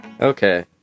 okay